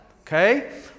okay